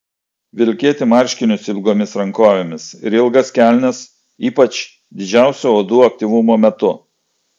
vilkėti marškinius ilgomis rankovėmis ir ilgas kelnes ypač didžiausio uodų aktyvumo metu